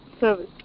service